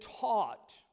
taught